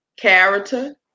Character